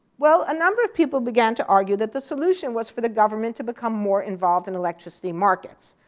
well, a number of people began to argue that the solution was for the government to become more involved in electricity markets.